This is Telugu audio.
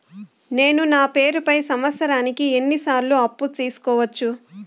నేను నా పేరుపై సంవత్సరానికి ఎన్ని సార్లు అప్పు తీసుకోవచ్చు?